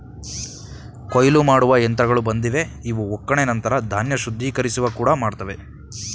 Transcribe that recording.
ಕೊಯ್ಲು ಮಾಡುವ ಯಂತ್ರಗಳು ಬಂದಿವೆ ಇವು ಒಕ್ಕಣೆ ನಂತರ ಧಾನ್ಯ ಶುದ್ಧೀಕರಿಸುವ ಕೂಡ ಮಾಡ್ತವೆ